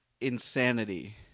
insanity